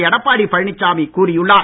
எடப்பாடி பழனிசாமி கூறியுள்ளார்